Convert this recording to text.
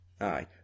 Aye